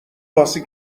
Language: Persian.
واسه